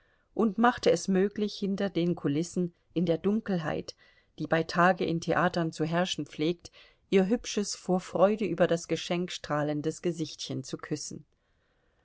und machte es möglich hinter den kulissen in der dunkelheit die bei tage in theatern zu herrschen pflegt ihr hübsches vor freude über das geschenk strahlendes gesichtchen zu küssen